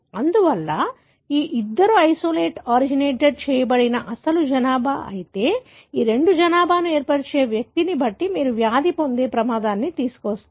అందువల్ల ఈ ఇద్దరు ఐసొలేట్ ఆరిజినేటెడ్ చేయబడిన అసలు జనాభా అయితే ఈ రెండు జనాభాను ఏర్పరిచే వ్యక్తిని బట్టి మీరు వ్యాధిని పొందే ప్రమాదాన్ని తీసుకువస్తారు